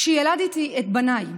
כשילדתי את בניי,